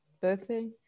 birthday